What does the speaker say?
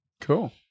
Cool